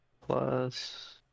plus